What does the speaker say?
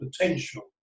potential